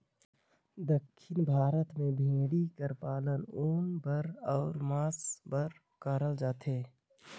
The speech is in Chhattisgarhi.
दक्खिन भारत में भेंड़ी कर पालन ऊन बर अउ मांस बर करल जाथे